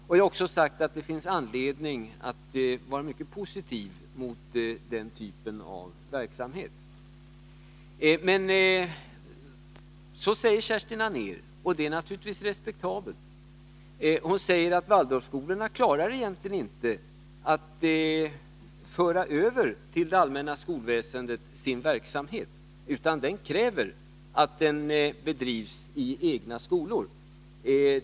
Jag har också sagt att det finns anledning att se mycket positivt på den typen av verksamheter. Men Kerstin Anér säger — och det är naturligtvis respektabelt — att Waldorfskolorna egentligen inte klarar att föra över sin verksamhet till det allmänna skolväsendet, utan att deras pedagogik kräver att man tillämpar den i fristående skolor.